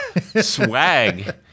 swag